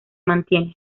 mantiene